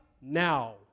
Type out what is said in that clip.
now